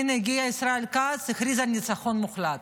והינה הגיע ישראל כץ והכריז על ניצחון מוחלט.